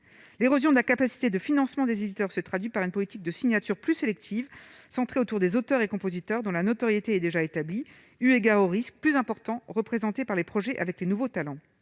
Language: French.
l'érosion de la capacité de financement des éditeurs s'est traduit par une politique de signature plus sélective, centrée autour des auteurs et compositeurs dont la notoriété est déjà établie, eu égard aux risques plus importants représentée par les projets avec les nouveaux talents,